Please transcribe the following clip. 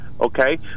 okay